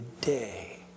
day